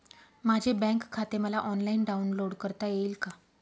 माझे बँक खाते मला ऑनलाईन डाउनलोड करता येईल का?